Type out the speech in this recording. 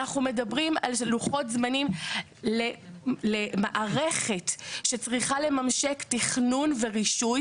אנחנו מדברים על לוחות זמנים למערכת שצריכה לממשק תכנון ורישוי.